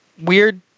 weird